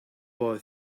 boy